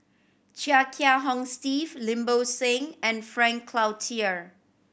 Chia Kiah Hong Steve Lim Bo Seng and Frank Cloutier